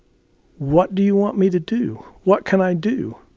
what do you want me to do? what can i do?